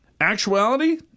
actuality